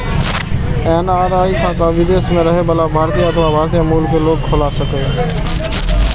NRI खाता विदेश मे रहै बला भारतीय अथवा भारतीय मूल के लोग खोला सकैए